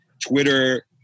Twitter